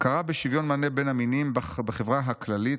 הכרה בשוויון מלא בין המינים בחברה הכללית,